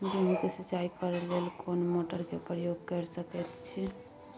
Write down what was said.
गेहूं के सिंचाई करे लेल कोन मोटर के प्रयोग कैर सकेत छी?